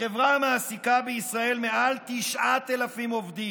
החברה מעסיקה בישראל מעל 9,000 עובדים,